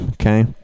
okay